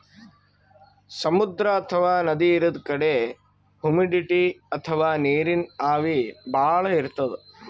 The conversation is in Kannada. ಸಮುದ್ರ ಅಥವಾ ನದಿ ಇರದ್ ಕಡಿ ಹುಮಿಡಿಟಿ ಅಥವಾ ನೀರಿನ್ ಆವಿ ಭಾಳ್ ಇರ್ತದ್